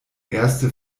erste